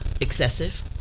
excessive